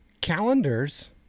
Calendars